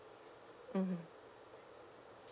mm